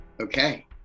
Okay